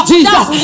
Jesus